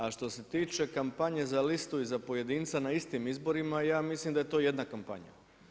A što se tiče kampanju za listu i za pojedinca na istim izborima, ja mislim da je to jedna kampanja.